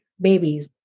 babies